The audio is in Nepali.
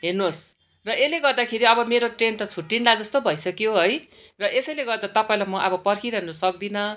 हेर्नुहोस् र यसले गर्दाखेरि अब मेरो ट्रेन त छुट्टिएला जस्तो भइसक्यो है र यासैले गर्दा तपाईँलाई म अब पर्खिरहनु सक्दिनँ